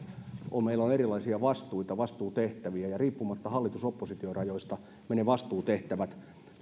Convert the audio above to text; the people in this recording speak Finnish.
kun meillä on erilaisia vastuita vastuutehtäviä niin riippumatta hallitus oppositio rajoista me ne vastuutehtävät